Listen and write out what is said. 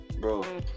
bro